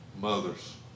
mothers